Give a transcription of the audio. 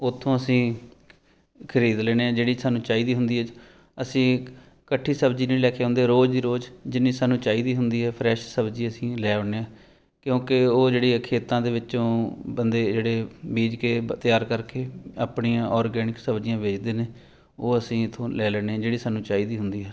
ਉੱਥੋਂ ਅਸੀਂ ਖਰੀਦ ਲੈਂਦੇ ਹਾਂ ਜਿਹੜੀ ਸਾਨੂੰ ਚਾਹੀਦੀ ਹੁੰਦੀ ਹੈ ਅਸੀਂ ਇਕੱਠੀ ਸਬਜ਼ੀ ਨਹੀਂ ਲੈ ਕੇ ਆਉਂਦੇ ਰੋਜ਼ ਦੀ ਰੋਜ਼ ਜਿੰਨੀ ਸਾਨੂੰ ਚਾਹੀਦੀ ਹੁੰਦੀ ਹੈ ਫਰੈਸ਼ ਸਬਜ਼ੀ ਅਸੀਂ ਲੈ ਆਉਂਦੇ ਹਾਂ ਕਿਉਂਕਿ ਉਹ ਜਿਹੜੀ ਖੇਤਾਂ ਦੇ ਵਿੱਚੋਂ ਬੰਦੇ ਜਿਹੜੇ ਬੀਜ ਕੇ ਤਿਆਰ ਕਰਕੇ ਆਪਣੀਆਂ ਔਰਗੈਨਿਕ ਸਬਜ਼ੀਆਂ ਵੇਚਦੇ ਨੇ ਉਹ ਅਸੀਂ ਇੱਥੋਂ ਲੈ ਲੈਂਦੇ ਜਿਹੜੀ ਸਾਨੂੰ ਚਾਹੀਦੀ ਹੁੰਦੀ ਹੈ